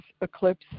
eclipse